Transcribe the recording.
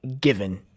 given